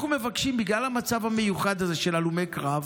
בגלל המצב המיוחד הזה של הלומי קרב,